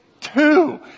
Two